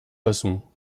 façons